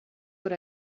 what